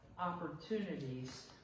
opportunities